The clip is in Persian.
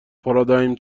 پارادایم